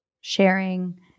sharing